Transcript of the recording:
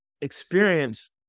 experience